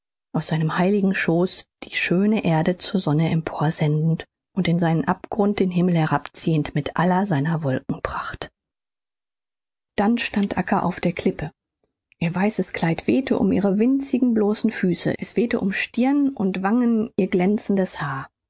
aus seinem heiligen schoß die schöne erde zur sonne emporsendend und in seinen abgrund den himmel herabziehend mit aller seiner wolkenpracht dann stand acca auf der klippe ihr weißes kleid wehte um ihre winzigen bloßen füße es wehte um stirn und wangen ihr glänzendes haar